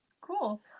Cool